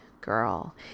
girl